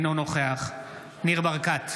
אינו נוכח ניר ברקת,